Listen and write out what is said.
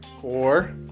four